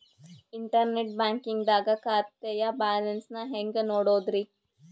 Internet banking ದಾಗ ಖಾತೆಯ balance ನ ಹೆಂಗ್ ನೋಡುದ್ರಿ?